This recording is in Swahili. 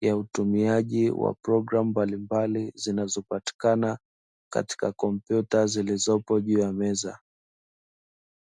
ya utumiaji wa programu mbalimbali; zinazopatikana katika kompyuta zilizopo juu ya meza.